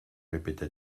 répéta